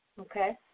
Okay